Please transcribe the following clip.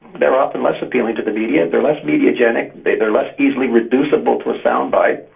they are often less appealing to the media, they are less mediagenic, they they are less easily reducible to a soundbite,